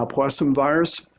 um powassan virus,